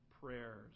prayers